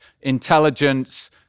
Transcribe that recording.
intelligence